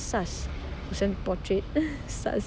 sus send portrait sus